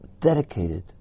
dedicated